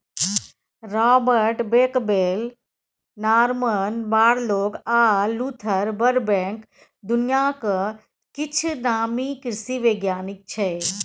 Robert Bakewell, Norman Borlaug आ Luther Burbank दुनियाक किछ नामी कृषि बैज्ञानिक छै